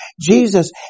jesus